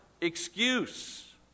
excuse